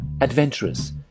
adventurous